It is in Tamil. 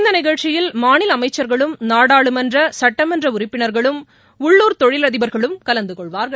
இந்தநிகழ்ச்சிகளில் மாநிலஅமைச்சர்களும் நாடாளுமன்ற சுட்டமன்றஉறுப்பினர்களும் உள்ளுர் தொழிலதிபர்களுடன் கலந்துகொள்வார்கள்